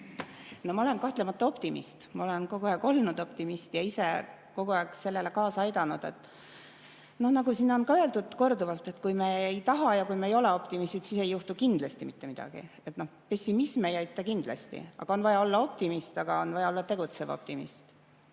Ma olen kahtlemata optimist. Ma olen kogu aeg olnud optimist ja ise kogu aeg sellele kaasa aidanud. Nagu siin on ka korduvalt öeldud, et kui me ei taha ja kui me ei ole optimistid, siis ei juhtu kindlasti mitte midagi. Pessimism ei aita kindlasti, on vaja olla optimist, aga on vaja olla tegutsev optimist.